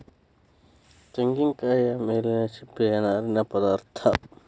ತೆಂಗಿನಕಾಯಿಯ ಮೇಲಿನ ಸಿಪ್ಪೆಯ ನಾರಿನ ಪದಾರ್ಥ